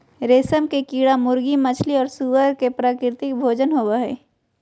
रेशम के कीड़ा मुर्गी, मछली और सूअर के प्राकृतिक भोजन होबा हइ